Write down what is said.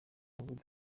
amavubi